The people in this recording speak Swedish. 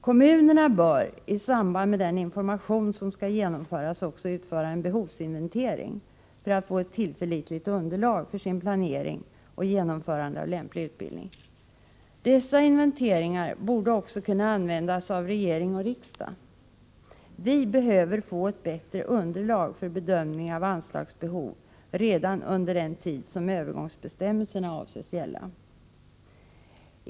Kommunerna bör i samband med den information som skall genomföras också utföra en behovsinventering för att få ett tillförlitligt underlag för planering och genomförande av lämplig utbildning. Dessa inventeringar bör också kunna användas av regering och riksdag. Vi behöver få ett bättre underlag för bedömning av anslagsbehov redan under den tid som övergångsbestämmelserna avses gälla.